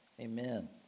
Amen